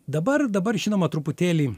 dabar dabar žinoma truputėlį